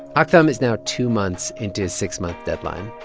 ah aktham is now two months into his six-month deadline.